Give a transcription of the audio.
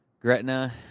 Gretna